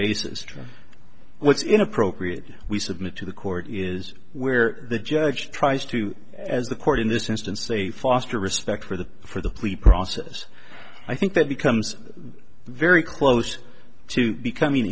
basis what's inappropriate we submit to the court is where the judge tries to as the court in this instance say foster respect for the for the plea process i think that becomes very close to becoming